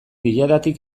diadatik